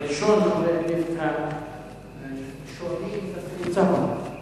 ראשון חברי הכנסת השואלים דווקא נמצא פה.